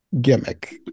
gimmick